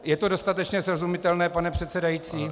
Je to dostatečně srozumitelné, pane předsedající?